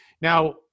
Now